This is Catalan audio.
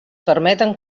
permeten